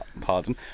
Pardon